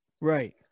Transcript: Right